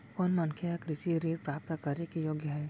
कोन मनखे ह कृषि ऋण प्राप्त करे के योग्य हे?